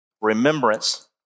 Remembrance